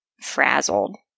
frazzled